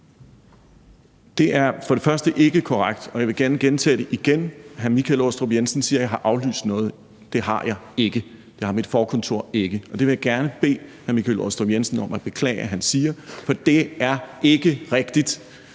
Det er for det første ikke korrekt, og jeg vil gerne gentage det. Hr. Michael Aastrup Jensen siger, at jeg har aflyst noget. Det har jeg ikke. Det har mit forkontor ikke. Og det vil jeg gerne bede Michael Aastrup Jensen om at beklage at han siger, for det er ikke rigtigt.